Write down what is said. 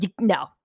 No